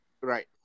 Right